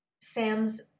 Sam's